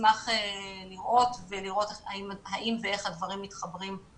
נשמח לראות האם ואיך הדברים מתחברים.